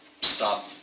stop